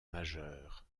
majeurs